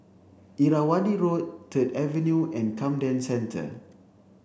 Irrawaddy Road Third Avenue and Camden Centre